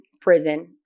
prison